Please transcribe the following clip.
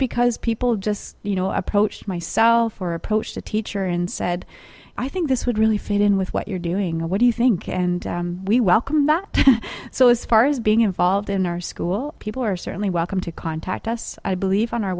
because people just you know approached myself or approached a teacher and said i think this would really fit in with what you're doing and what do you think and we welcome that so as far as being involved in our school people are certainly welcome to contact us i believe on our